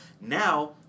now